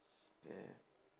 bad